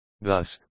Thus